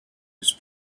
his